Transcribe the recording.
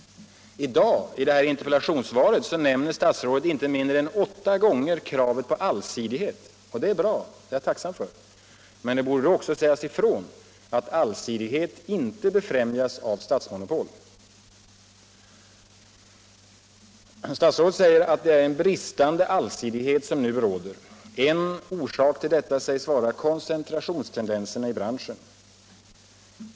I dag, i interpellationssvaret, nämner statsrådet inte mindre än åtta gånger kravet på ”allsidighet”. Det är bra — det är jag tacksam för. Men det borde då också sägas ifrån att allsidighet inte befrämjas av statsmonopol. Statsrådet säger att det är en bristande allsidighet som nu råder. En orsak till detta sägs vara koncentrationstendenserna i branschen.